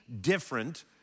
different